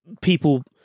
people